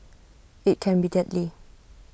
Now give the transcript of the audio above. IT can be deadly